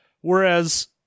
Whereas